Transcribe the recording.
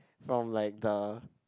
from like the